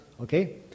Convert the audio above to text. okay